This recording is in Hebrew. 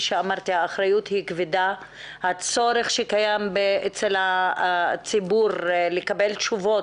האחריות היא כבדה והצורך שקיים אצל הציבור הוא גדול,